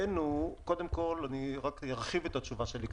אני ארחיב קצת את התשובה שלי.